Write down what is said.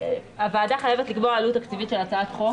הוועדה חייבת לקבוע עלות תקציבית של הצעת חוק.